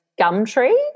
Gumtree